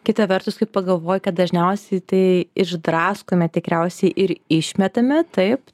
kita vertus kai pagalvoji kad dažniausiai tai išdraskome tikriausiai ir išmetame taip